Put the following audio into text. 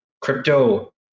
crypto